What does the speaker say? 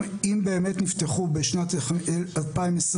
אם באמת נפתחו בשנת 2022,